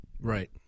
right